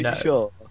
sure